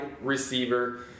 receiver